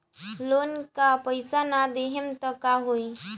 Loan का पैस न देहम त का होई?